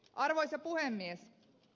arvoisa puhemies